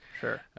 sure